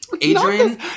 Adrian